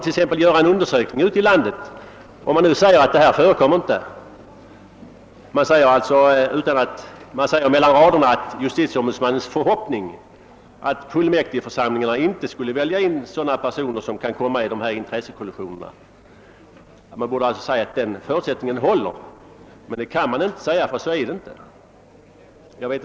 Om utskottet velat säga att något missbruk inte förekommer, varför har då ingen undersökning gjorts av förhållandena ute i landet? Utskottet har kanske mellan raderna velat skriva vad JO sagt sig hoppas, nämligen att fullmäktigeförsamlingarna inte väljer sådana personer som kan råka i intressekollisioner till ledamöter i dessa nämnder, men det håller inte. Utskottet kan inte skriva så, ty det förhåller sig inte på det sättet.